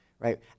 Right